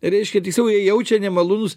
reiškia tiksliau jie jaučia nemalonus